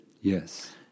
Yes